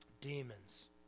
demons